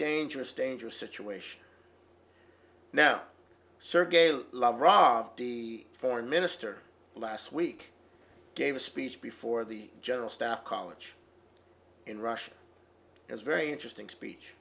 dangerous dangerous situation now sir gale love rob the foreign minister last week gave a speech before the general staff college in russia is very interesting speech